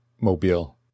Mobile